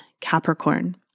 Capricorn